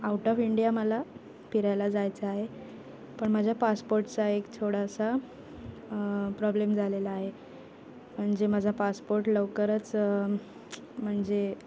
out of India मला फिरायला जायचं आहे पण माझ्या पासपोर्टचा एक थोडासा प्रॉब्लेम झालेला आहे म्हणजे माझा पासपोर्ट लवकरच म्हणजे